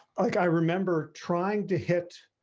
like i remember trying to hit